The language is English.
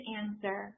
answer